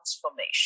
transformation